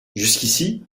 jusqu’ici